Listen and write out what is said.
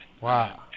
Wow